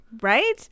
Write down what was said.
right